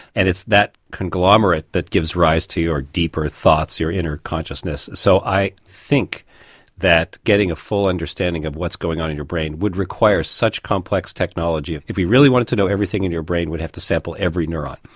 and it's that conglomerate that gives rise to your deeper thoughts, your inner consciousness. so i think that getting a full understanding of what's going on in your brain would require such complex technology, if you really wanted to know everything in your brain you would have to sample every neuron,